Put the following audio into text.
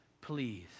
please